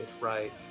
right